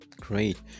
great